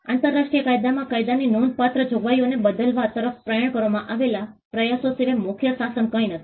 આંતરરાષ્ટ્રીય કાયદામાં કાયદાની નોંધપાત્ર જોગવાઈઓને બદલવા તરફ પ્રયાણ કરવામાં આવેલા પ્રયાસો સિવાય મુખ્ય શાસન કંઈ નથી